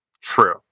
true